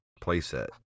playset